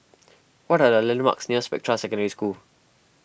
what are the landmarks near Spectra Secondary School